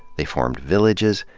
they formed villages,